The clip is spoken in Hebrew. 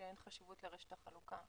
שאין חשיבות לרשת החלוקה.